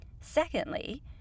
Secondly